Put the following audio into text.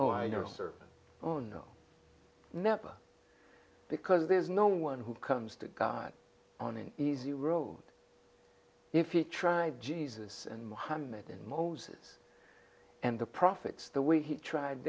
oh i know or oh no never because there's no one who comes to go on an easy road if you tried jesus and mohammed and moses and the prophets the way he tried